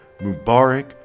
Mubarak